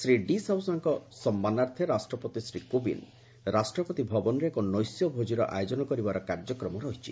Shri D ସାଉସାଙ୍କ ସମ୍ମାନାର୍ଥେ ରାଷ୍ଟ୍ରପତି ଶ୍ରୀ କୋବିନ୍ଦ ରାଷ୍ଟ୍ରପତି ଭବନରେ ଏକ ନୈଶ୍ୟ ଭୋଜିର ଆୟୋଜନ କରିବାର କାର୍ଯ୍ୟକ୍ରମ ରହିଛି